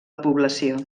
població